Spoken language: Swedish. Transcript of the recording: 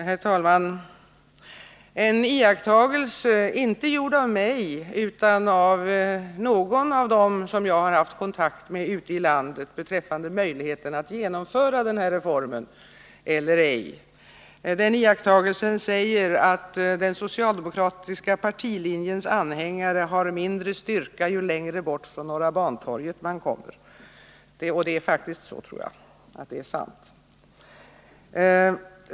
Herr talman! En av dem som jag har haft kontakt med ute i landet beträffande möjligheterna att genomföra den reform vi nu debatterar hade gjort den iakttagelsen att den socialdemokratiska partilinjens anhängare har mindre styrka ju längre bort från Norra Bantorget man kommer. Jag tror att det faktiskt är sant.